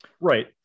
Right